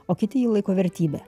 o kiti jį laiko vertybe